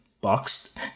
boxed